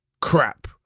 crap